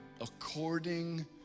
according